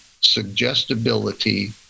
suggestibility